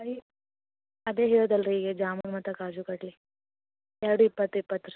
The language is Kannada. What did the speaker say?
ಐ ಅದೇ ಹೇಳ್ದೆ ಅಲ್ಲಾ ರಿ ಈಗ ಜಾಮೂನ್ ಮತ್ತು ಕಾಜು ಕಡ್ಲಿ ಎರಡು ಇಪ್ಪತ್ತು ಇಪ್ಪತ್ತು ರೀ